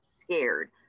scared